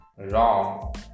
wrong